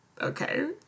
okay